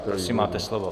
Prosím, máte slovo.